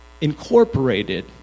incorporated